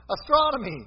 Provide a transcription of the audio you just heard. Astronomy